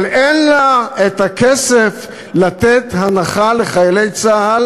אבל אין לה כסף לתת הנחה לחיילי צה"ל